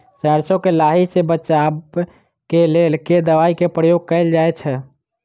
सैरसो केँ लाही सऽ बचाब केँ लेल केँ दवाई केँ प्रयोग कैल जाएँ छैय?